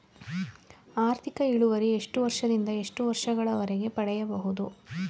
ಆರ್ಥಿಕ ಇಳುವರಿ ಎಷ್ಟು ವರ್ಷ ದಿಂದ ಎಷ್ಟು ವರ್ಷ ಗಳವರೆಗೆ ಪಡೆಯಬಹುದು?